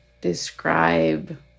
describe